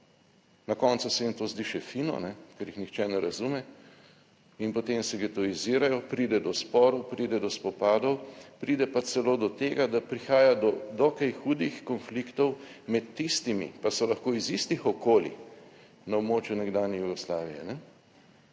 na koncu se jim to zdi še fino, ker jih nihče ne razume in potem se getoizirajo, pride do sporov, pride do spopadov, pride pa celo do tega, da prihaja do dokaj hudih konfliktov med tistimi, pa so lahko iz istih okolij na območju nekdanje Jugoslavije,